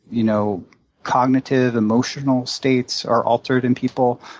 you know cognitive, emotional states are altered in people,